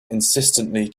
insistently